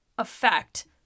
affect